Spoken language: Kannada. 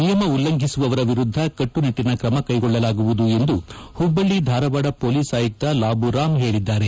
ನಿಯಮ ಉಲ್ಲಂಘಿಸುವವರ ವಿರುದ್ದ ಕಟ್ಟುನಿಟೈನ ಕ್ರಮ ಕೈಗೊಳ್ಳಲಾಗುವುದು ಎಂದು ಹುಬ್ಬಳ್ಳಿ ಧಾರವಾದ ಪೊಲೀಸ್ ಆಯುಕ್ತ ಲಾಬು ರಾಮ್ ಹೇಳಿದ್ದಾರೆ